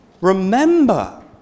Remember